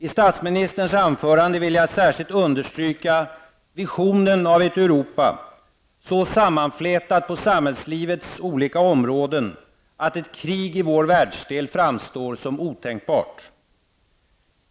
I statsministerns anförande vill jag särskilt understryka visionen av ett Europa, så sammanflätat på samhällslivets olika områden, att ett krig i vår världsdel framstår som otänkbart.